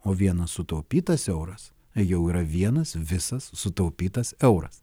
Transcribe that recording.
o vienas sutaupytas euras jau yra vienas visas sutaupytas euras